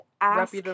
ask